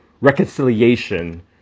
reconciliation